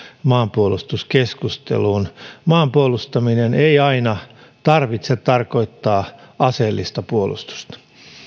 maanpuolustuskeskusteluun maan puolustamisen ei aina tarvitse tarkoittaa aseellista puolustusta